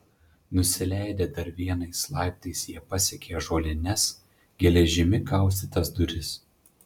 nusileidę dar vienais laiptais jie pasiekė ąžuolines geležimi kaustytas duris